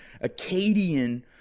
Acadian